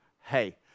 hey